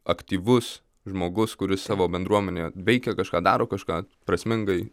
aktyvus žmogus kuris savo bendruomenėje veikia kažką daro kažką prasmingai